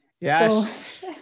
Yes